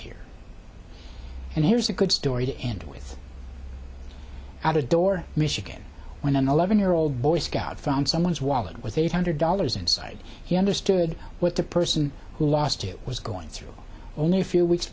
here and here's a good story to end with out the door michigan when an eleven year old boy scout found someone's wallet with eight hundred dollars inside he understood what the person who lost it was going through only a few weeks